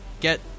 get